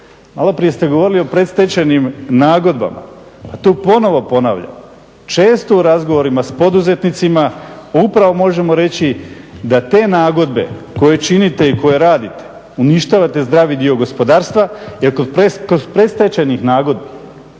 Malo prije ste govorili o predstečajnim nagodbama, pa to ponovo ponavljam, često u razgovorima s poduzetnicima upravo možemo reći da te nagodbe koje činite i koje radite uništavate zdravi dio gospodarstva jel kod predstečajnih nagodbi